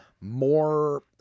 More